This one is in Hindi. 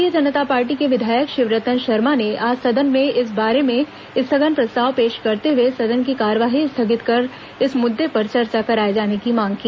भारतीय जनता पार्टी के विधायक शिवरतन शर्मा ने आज सदन में इस बारे में स्थगन प्रस्ताव पेश करते हए सदन की कार्यवाही स्थगित कर इस मुद्दे पर चर्चा कराने की मांग की